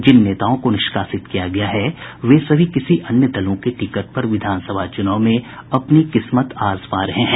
जिन नेताओं को निष्कासित किया गया है वे सभी किसी अन्य दलों के टिकट पर विधानसभा चुनाव में अपनी किस्मत आजमा रहे हैं